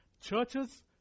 churches